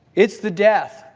it's the death.